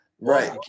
Right